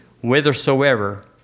whithersoever